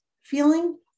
feeling